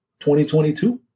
2022